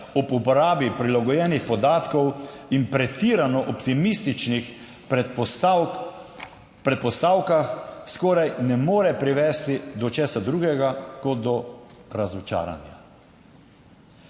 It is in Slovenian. ob uporabi prilagojenih podatkov in pretirano optimističnih predpostavkah skoraj ne more privesti do česa drugega kot do razočaranja.